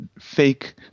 fake